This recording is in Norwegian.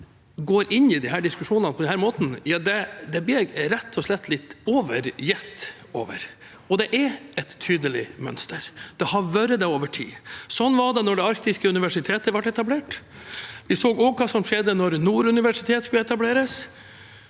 jeg rett og slett litt oppgitt over. Det er et tydelig mønster, og det har vært det over tid. Sånn var det da Norges arktiske universitet ble etablert. Vi så også hva som skjedde da Nord universitet skulle etableres.